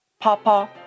Papa